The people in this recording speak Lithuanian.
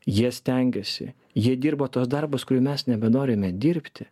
jie stengiasi jie dirbo tuos darbus kurių mes nebenorime dirbti